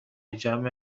جمع